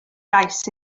gais